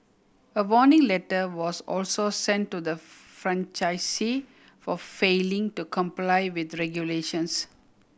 a warning letter was also sent to the franchisee for failing to comply with regulations